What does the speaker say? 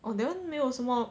oh then 没有什么